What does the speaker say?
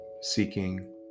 seeking